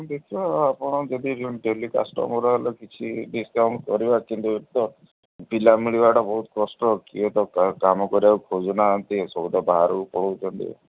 ଦେଖିବା ଆପଣ ଯଦି ଡେଲି କଷ୍ଟମର ହେଲେ କିଛି ଡିସକାଉଣ୍ଟ କରିବା କିନ୍ତୁ ଏ ତ ପିଲା ମିଳିବାଟା ବହୁତ କଷ୍ଟ କିଏ ତ କାମ କରିବାକୁ ଖୋଜୁନାହାନ୍ତି ସବୁ ତ ବାହାରକୁ ପଳାଉଛନ୍ତି